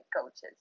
coaches